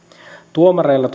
tuomareilla